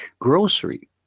Grocery